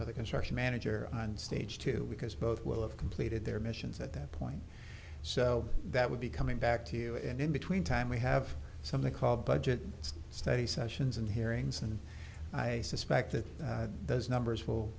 for the construction manager on stage two because both will have completed their missions at that point so that would be coming back to you and in between time we have something called budget study sessions and hearings and i suspect that those numbers will